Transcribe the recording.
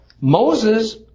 Moses